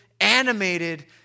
animated